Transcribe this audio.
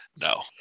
no